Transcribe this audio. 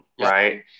Right